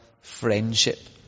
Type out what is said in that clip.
friendship